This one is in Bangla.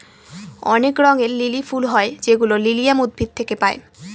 অনেক রঙের লিলি ফুল হয় যেগুলো লিলিয়াম উদ্ভিদ থেকে পায়